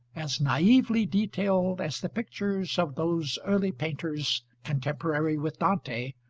as naively detailed as the pictures of those early painters contemporary with dante,